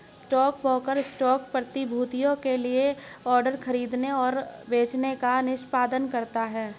stockbroker stock प्रतिभूतियों के लिए ऑर्डर खरीदने और बेचने का निष्पादन करता है